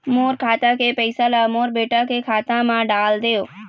मोर खाता के पैसा ला मोर बेटा के खाता मा डाल देव?